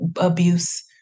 abuse